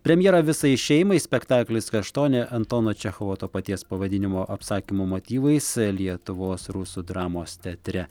premjera visai šeimai spektaklis kaštonė antono čechovo to paties pavadinimo apsakymo motyvais lietuvos rusų dramos teatre